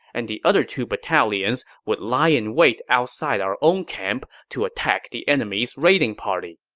and the other two battalions would lie in wait outside our own camp to attack the enemy's raiding party.